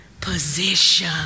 position